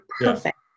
perfect